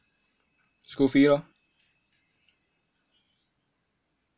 school fee lor